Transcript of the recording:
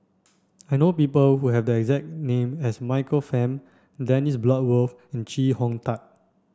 I know people who have the exact name as Michael Fam Dennis Bloodworth and Chee Hong Tat